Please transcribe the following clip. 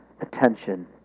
attention